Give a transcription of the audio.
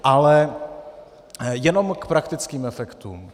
Ale jenom k praktickým efektům.